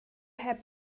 heb